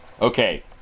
Okay